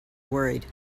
worried